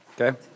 okay